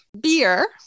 Beer